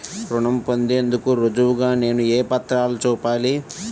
రుణం పొందేందుకు రుజువుగా నేను ఏ పత్రాలను చూపాలి?